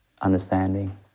understanding